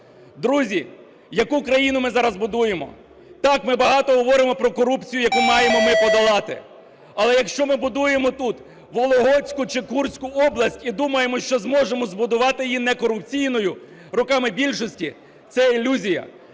Друзі, яку країну ми зараз будуємо? Так, ми багато говоримо про корупцію, яку маємо ми подолати. Але якщо ми будуємо тут Вологодську чи Курську область і думаємо, що зможемо збудувати її некорупційною, руками більшості, – це ілюзія.